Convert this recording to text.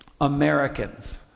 Americans